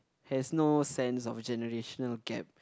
has no sense of generational gap